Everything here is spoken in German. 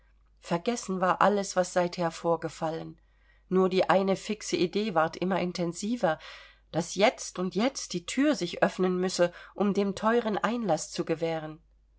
vergessen war alles was seither vorgefallen nur die eine fixe idee ward immer intensiver daß jetzt und jetzt die thür sich öffnen müsse um dem teuren einlaß zu gewähren